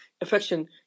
affection